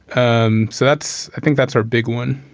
um so that's i think that's our big one.